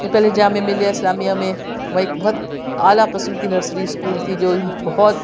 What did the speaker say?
میں پہلے جامعہ ملیہ اسلامیہ میں وہ ایک بہت اعلیٰ قسم کی نرسری اسکول تھی جو اِن بہت